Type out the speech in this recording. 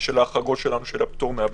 של ההחרגות שלנו של הפטור מהבדיקה.